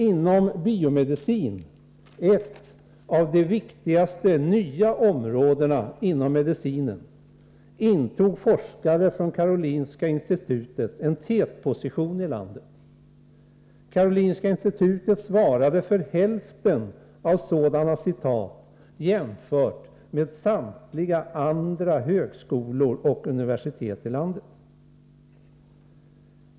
Inom biomedicin — ett av de viktigaste nya områdena inom medicinen — intog forskare från Karolinska institutet en tätposition i landet. Karolinska institutet svarade för hälften av sådana citat jämfört med samtliga andra högskolor och universitet i landet.